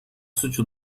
suçu